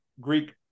Greek